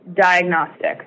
diagnostics